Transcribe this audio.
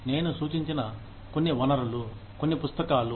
నేను సూచించిన కొన్ని వనరులు కొన్ని పుస్తకాలు